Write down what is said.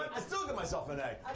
i still give myself an a.